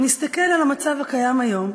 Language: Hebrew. אם נסתכל על המצב הקיים היום,